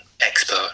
expert